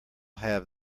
have